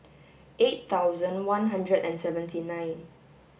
eight thousand one hundred and seventy nine